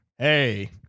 Hey